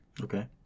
Okay